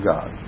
God